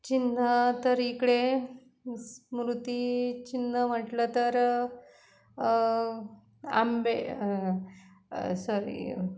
चिन्ह तर इकडे स्मृतिचिन्ह म्हटलं तर आंबे सॉरी